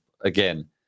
again